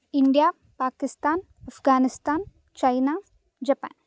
India Pakistan Afghanistan China Japan